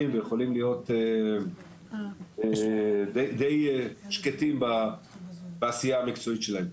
ויכולים להיות די שקטים בעשייה המקצועית שלהם.